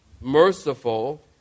Merciful